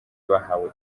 bahawe